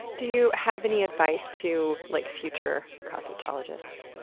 do you have any advice to like future cosmetologists?